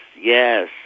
yes